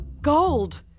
Gold